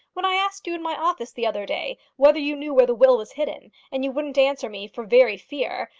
when i asked you in my office the other day whether you knew where the will was hidden, and you wouldn't answer me for very fear,